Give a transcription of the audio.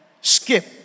skip